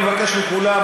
אני מבקש מכולם,